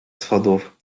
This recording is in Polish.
schodów